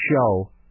show